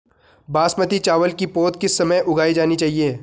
बासमती चावल की पौध किस समय उगाई जानी चाहिये?